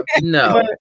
No